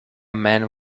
man